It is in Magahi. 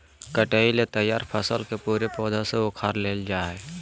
कटाई ले तैयार फसल के पूरे पौधा से उखाड़ लेल जाय हइ